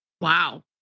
wow